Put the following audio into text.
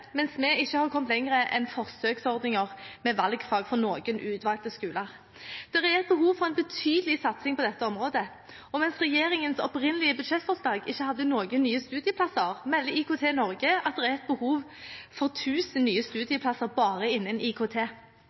mens vi ikke har kommet lenger enn forsøksordninger med valgfag for noen utvalgte skoler. Det er behov for en betydelig satsing på dette området. Mens regjeringens opprinnelige budsjettforslag ikke hadde noen nye studieplasser, melder IKT-Norge at det er et behov for 1 000 nye studieplasser bare innen IKT.